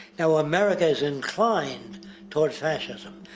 now america is inclined toward fascism.